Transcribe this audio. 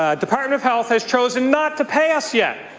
ah department of health has chosen not to pay us yet.